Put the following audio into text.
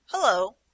Hello